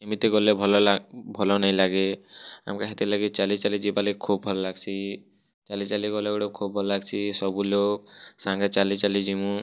ଏମିତି ଗଲେ ଭଲ ଲା ଭଲ ନାଇଁ ଲାଗେ ଅମେକେ ହେଥିର ଲାଗି ଚାଲି ଚାଲି ଯିବାକେ ଖୁବ ଭଲ ଲାଗିଛି ଚାଲି ଚାଲି ଗଲାବେଳକୁ ଖୁବ ଭଲ ଲାଗଛି ସବୁ ଲୋକ ସାଙ୍ଗେ ଚାଲିଚାଲି ଜିମୁ